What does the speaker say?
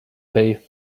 bay